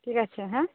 ঠিক আছে হ্যাঁ